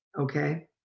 Okay